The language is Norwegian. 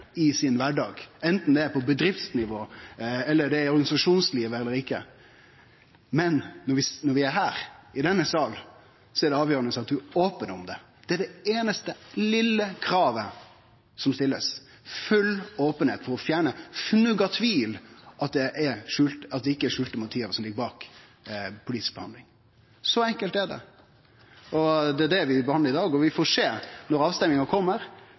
i sin kvardag, enten det er på bedriftsnivå eller det er i organisasjonslivet, men når vi er her, i denne salen, er det avgjerande at ein er open om det. Det er det einaste vesle kravet som blir stilt: full openheit for å fjerne kvart fnugg av tvil om at det ikkje er skjulte motiv som ligg bak ei politisk behandling. Så enkelt er det. Og det er det vi behandlar i dag. Vi får sjå når avstemminga